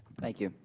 thank you.